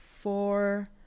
four